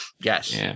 Yes